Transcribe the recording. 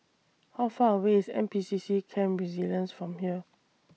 How Far away IS N P C C Camp Resilience from here